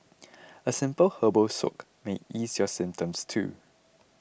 a simple herbal soak may ease your symptoms too